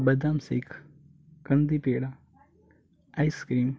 बदाम सेख कंदी पेडा आईस्क्रीम